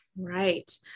Right